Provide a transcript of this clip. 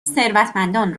ثروتمندان